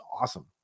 awesome